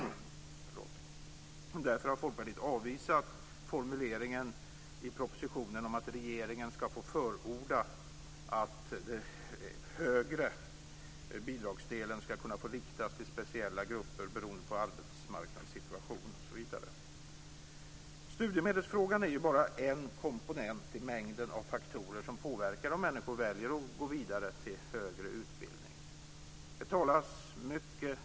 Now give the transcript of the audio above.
Därför har Folkpartiet avvisat formuleringen i propositionen att regeringen ska få förorda att den högre bidragsdelen ska kunna få riktas till speciella grupper, beroende på arbetsmarknadssituation osv. Studiemedelsfrågan är bara en komponent bland en mängd faktorer som påverkar om människor väljer att gå vidare till högre utbildning.